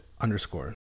underscore